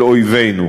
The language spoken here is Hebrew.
שלישית,